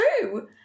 true